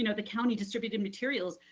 you know the county distributed materials,